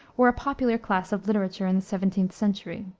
were a popular class of literature in the seventeenth century.